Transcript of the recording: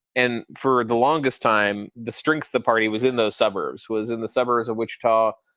and for the longest time, the strength the party was in those suburbs was in the suburbs of wichita,